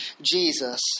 Jesus